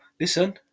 Listen